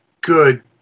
good